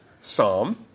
Psalm